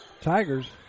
Tigers